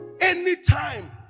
anytime